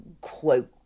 quote